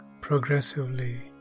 progressively